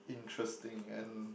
interesting and